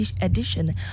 edition